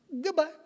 goodbye